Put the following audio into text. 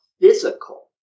physical